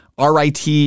RIT